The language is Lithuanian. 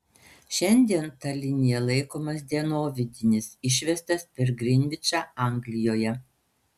šiandien ta linija laikomas dienovidinis išvestas per grinvičą anglijoje